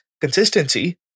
consistency